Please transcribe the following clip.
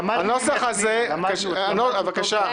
למדנו ממך, פנינה.